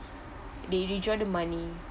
they withdraw the money